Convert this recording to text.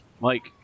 Mike